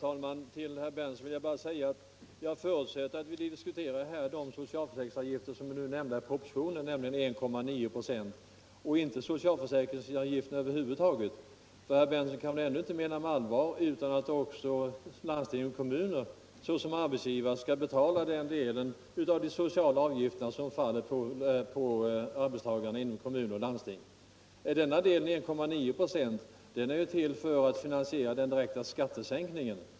Herr talman! Jag förutsätter, herr Berndtson, att vi här diskuterar de socialförsäkringsavgifter som nämnts i propositionen, alltså 1,9 96, inte socialförsäkringsavgifterna över huvud taget. Ty herr Berndtson kan väl ändå inte mena annat än att också landsting och kommuner i egenskap av arbetsgivare skall betala den delen av socialavgifterna som faller på arbetstagarna inom kommuner och landsting? Denna del, alltså 1,9 96, är ju till för att finansiera den direkta skattesänkningen.